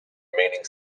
remaining